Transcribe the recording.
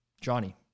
Johnny